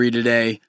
today